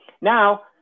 Now